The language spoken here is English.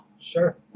sure